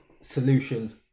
solutions